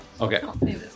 Okay